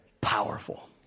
Powerful